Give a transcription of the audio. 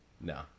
No